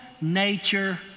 nature